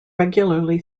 regularly